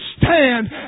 stand